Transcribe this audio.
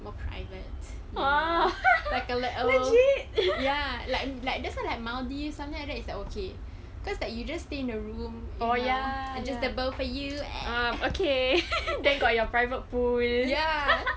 more private like uh like ya like like that's why like maldives something like that it's like okay cause that you just stay in the room or ya adjustable for you